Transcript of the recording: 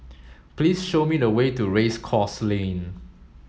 please show me the way to Race Course Lane